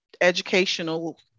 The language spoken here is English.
educational